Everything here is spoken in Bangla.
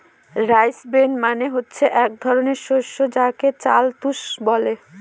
রাইস ব্রেন মানে হচ্ছে এক ধরনের শস্য যাকে চাল তুষ বলে